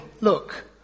Look